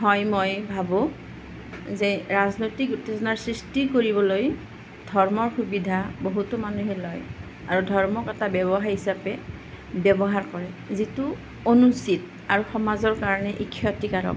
হয় মই ভাবোঁ যে ৰাজনৈতিক উত্তেজনাৰ সৃষ্টি কৰিবলৈ ধৰ্মৰ সুবিধা বহুতো মানুহে লয় আৰু ধৰ্মক এটা ব্যৱসায় হিচাপে ব্যৱহাৰ কৰে যিটো অনুচিত আৰু সমাজৰ কাৰণে ই ক্ষতিকাৰক